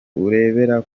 urebera